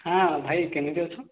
ହଁ ଭାଇ କେମିତି ଅଛ